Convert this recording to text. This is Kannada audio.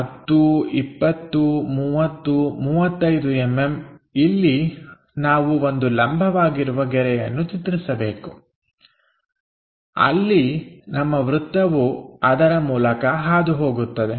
10 20 30 35mm ಇಲ್ಲಿ ನಾವು ಒಂದು ಲಂಬವಾಗಿರುವ ಗೆರೆಯನ್ನು ಚಿತ್ರಿಸಬೇಕು ಅಲ್ಲಿ ನಮ್ಮ ವೃತ್ತವು ಅದರ ಮೂಲಕ ಹಾದುಹೋಗುತ್ತದೆ